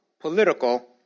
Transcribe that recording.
political